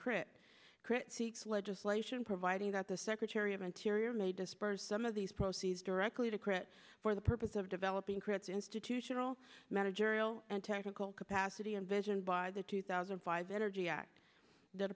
crit critiques legislation providing that the secretary of interior may disperse some of these proceeds directly to crit for the purpose of developing crits institutional managerial and technical capacity and vision by the two thousand and five energy act th